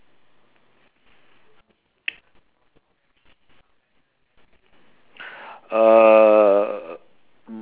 uh